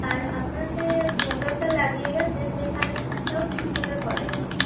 আর আপনার যে মটোরটা লাগিয়ে গেছে সে কানেকশানটাও ঠিক করে করেনি